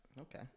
Okay